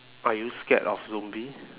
are you scared of zombie